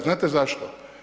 Znate zašto?